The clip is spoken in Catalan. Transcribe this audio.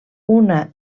una